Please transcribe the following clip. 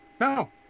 No